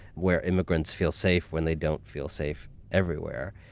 where immigrants feel safe when they don't feel safe everywhere.